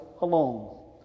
alone